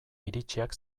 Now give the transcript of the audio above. iritsiak